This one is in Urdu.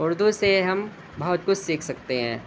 اردو سے ہم بہت کچھ سیکھ سکتے ہیں